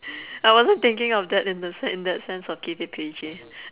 I wasn't thinking of that in the sen~ in that sense of keep it P_G